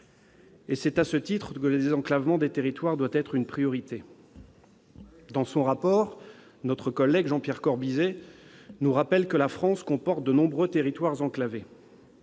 et c'est à ce titre que le désenclavement des territoires doit être une priorité. Dans son rapport, notre collègue Jean-Pierre Corbisez nous rappelle que la France compte de nombreux territoires enclavés.